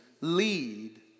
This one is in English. lead